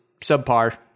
subpar